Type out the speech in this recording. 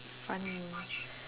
funny